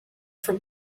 from